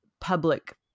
public